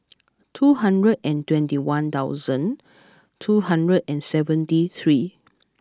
two hundred and twenty one thousand two hundred and seventy three